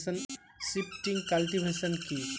Shifting cultivation কি?